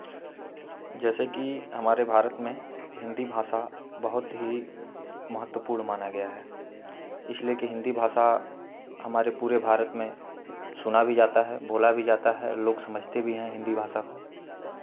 जैसेकि हमारे भारत में हिन्दी भाषा बहुत ही महत्वपूर्ण माना गया है इसलिए कि हिन्दी भाषा हमारे पूरे भारत में सुना भी जाता है बोला भी जाता है लोग समझते भी हैं हिन्दी भाषा को